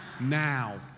Now